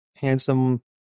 handsome